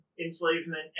enslavement